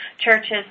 churches